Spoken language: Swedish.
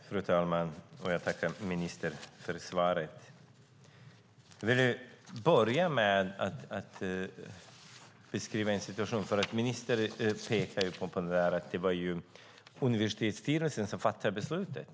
Fru talman! Jag tackar ministern för svaret. Jag vill börja med att beskriva en situation. Ministern pekar på att det var universitetsstyrelsen som fattade beslutet.